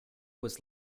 was